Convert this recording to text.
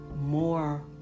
more